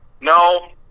No